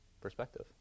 perspective